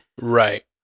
right